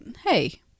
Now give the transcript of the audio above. hey